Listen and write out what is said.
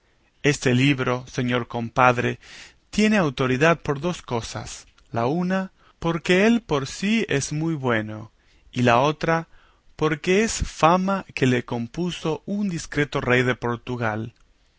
este libro señor compadre tiene autoridad por dos cosas la una porque él por sí es muy bueno y la otra porque es fama que le compuso un discreto rey de portugal